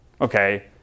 okay